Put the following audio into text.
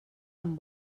amb